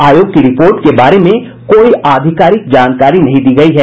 आयोग की रिपोर्ट के बारे में कोई आधिकारिक जानकारी नहीं दी गयी है